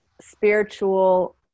spiritual